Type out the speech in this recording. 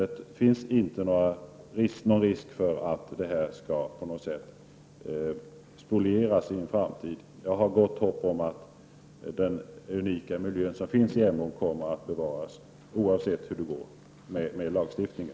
Det finns således inte någon risk för att detta på något skall spolieras i framtiden. Jag har gott hopp om att den unika miljö som finns i Emån kommer att bevaras oavsett hur det går med lagstiftningen.